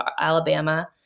Alabama